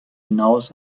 hinaus